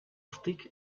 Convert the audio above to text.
stick